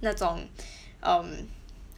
那种 um